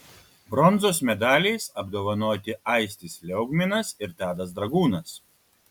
bronzos medaliais apdovanoti aistis liaugminas ir tadas dragūnas